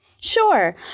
Sure